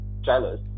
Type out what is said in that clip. jealous